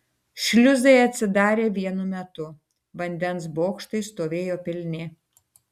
šliuzai atsidarė vienu metu vandens bokštai stovėjo pilni